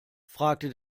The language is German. fragte